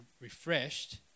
refreshed